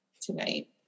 tonight